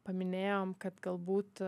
paminėjom kad galbūt